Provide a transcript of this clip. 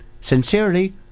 Sincerely